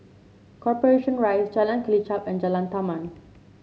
Corporation Rise Jalan Kelichap and Jalan Taman